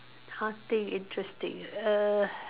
nothing interesting err